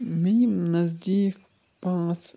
مےٚ یِم نزدیٖک پانٛژھ